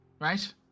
right